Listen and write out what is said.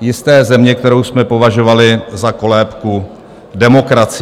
jisté země, kterou jsme považovali za kolébku demokracie.